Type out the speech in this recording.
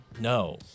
no